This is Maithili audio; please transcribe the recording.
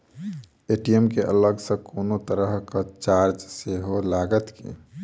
ए.टी.एम केँ अलग सँ कोनो तरहक चार्ज सेहो लागत की?